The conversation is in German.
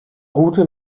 route